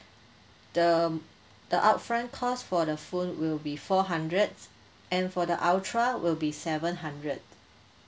the the upfront cost for the phone will be four hundred and for the ultra will be seven hundred